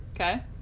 Okay